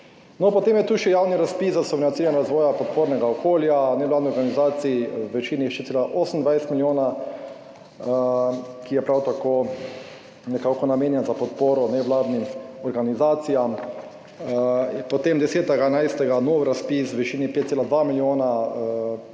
Potem je tu še javni razpis za sofinanciranje razvoja podpornega okolja nevladnih organizacij v višini 6,28 milijona, ki je prav tako nekako namenjen za podporo nevladnim organizacijam. Potem, 10. 11., nov razpis v višini 5,2 milijona, ki bi naj